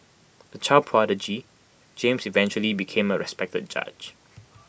A child prodigy James eventually became A respected judge